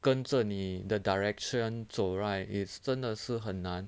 跟着你的 direction 走 right it's 真的是很难